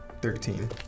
Thirteen